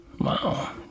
wow